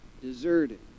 Deserted